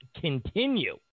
continue